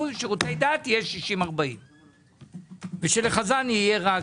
- וששירותי דת יהיו 60-40. זה לא בדיוק 60-40 אגב.